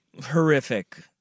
Horrific